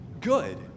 Good